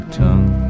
tongue